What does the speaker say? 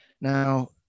Now